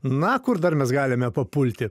na kur dar mes galime papulti